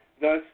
thus